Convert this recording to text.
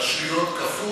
לא.